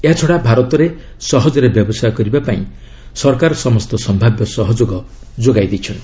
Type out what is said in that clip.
ଏହାଛଡ଼ା ଭାରତରେ ସହଜରେ ବ୍ୟବସାୟ କରିବା ପାଇଁ ସରକାର ସମସ୍ତ ସନ୍ତାବ୍ୟ ସହଯୋଗ ଯୋଗାଇଛନ୍ତି